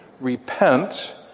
Repent